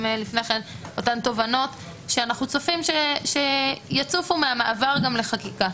אותן תובנות שאנחנו צופים שיצופו מהמעבר גם לחקיקה.